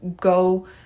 go